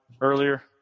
earlier